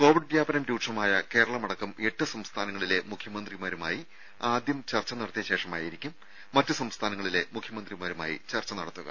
Covid വ്യാപനം രൂക്ഷമായ കേരളമടക്കം എട്ട് സംസ്ഥാനങ്ങളിലെ മുഖ്യമന്ത്രിമാരുമായി ആദ്യം ചർച്ച നടത്തിയ ശേഷമായിരിക്കും മറ്റ് സംസ്ഥാനങ്ങളിലെ മുഖ്യമന്ത്രിമാരുമായി ചർച്ച നടത്തുക